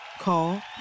Call